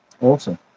awesome